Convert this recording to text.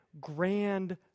grand